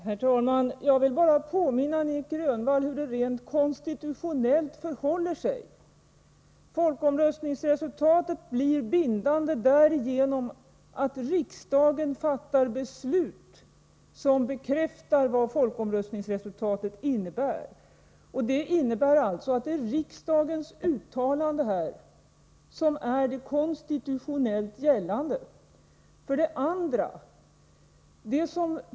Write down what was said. Herr talman! Jag vill bara påminna Nic Grönvall om hur det förhåller sig rent konstitutionellt. Folkomröstningsresultatet blir bindande därigenom att riksdagen fattar beslut som bekräftar vad folkomröstningsresultatet innebär. Riksdagens uttalande är alltså det dokument som är konstitutionellt gällande.